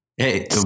Hey